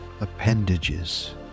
appendages